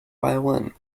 violin